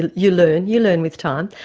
you learn you learn with time.